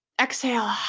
Exhale